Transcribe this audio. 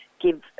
give